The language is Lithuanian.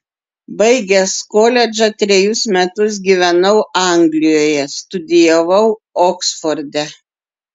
baigęs koledžą trejus metus gyvenau anglijoje studijavau oksforde